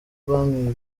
banki